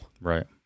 Right